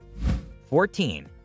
14